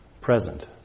present